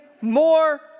more